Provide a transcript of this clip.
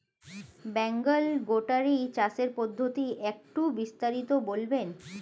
বেঙ্গল গোটারি চাষের পদ্ধতি একটু বিস্তারিত বলবেন?